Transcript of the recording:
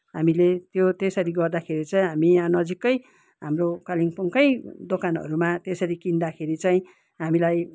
हामीले त्यो त्यसरी गर्दाखेरि चाहिँ हामी यहाँ नजिकै हाम्रो कालिम्पोङकै दोकानहरूमा त्यसरी किन्दाखेरि चाहिँ हामीलाई